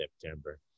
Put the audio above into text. September